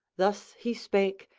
thus he spake,